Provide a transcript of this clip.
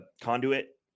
conduit